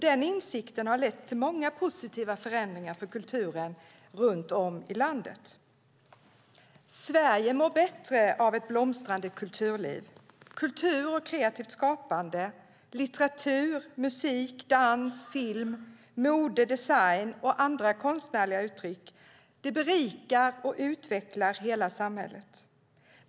Den insikten har lett till många positiva förändringar för kulturen runt om i landet. Sverige mår bättre av ett blomstrande kulturliv. Kultur och kreativt skapande - litteratur, musik, dans, film, mode, design och andra konstnärliga uttryck - berikar och utvecklar hela samhället.